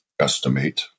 estimate